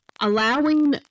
allowing